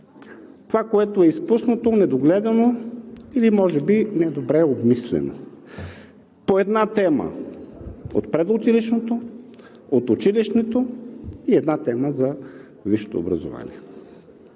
това, което е изпуснато, недогледано или може би недобре обмислено: по една тема от предучилищното, от училищното и една тема за висшето образование.